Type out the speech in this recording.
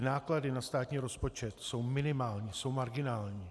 Náklady na státní rozpočet jsou minimální, jsou marginální.